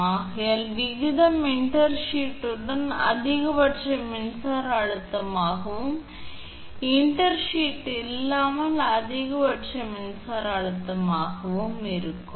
ஆகையால் விகிதம் இன்டர்ஷீத்துடன் அதிகபட்ச மின்சார அழுத்தமாகவும் இன்டர்ஷீத் இல்லாமல் அதிகபட்ச மின்சார அழுத்தமாகவும் இருக்கும்